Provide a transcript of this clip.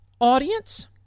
audience